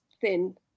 thin